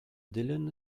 dylan